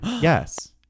yes